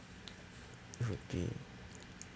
would be